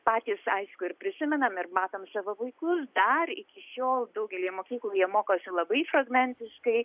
patys aišku ir prisimenam ir matom savo vaikus dar iki šiol daugelyje mokyklų jie mokosi labai fragmentiškai